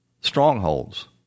strongholds